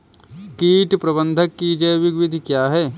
कीट प्रबंधक की जैविक विधि क्या है?